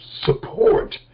support